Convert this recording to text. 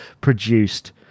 produced